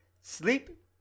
Sleep